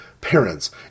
parents